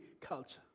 culture